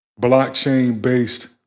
blockchain-based